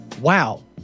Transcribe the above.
Wow